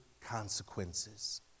consequences